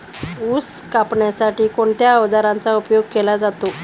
ऊस कापण्यासाठी कोणत्या अवजारांचा उपयोग केला जातो?